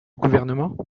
gouvernement